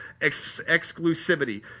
Exclusivity